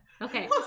Okay